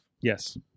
Yes